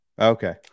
Okay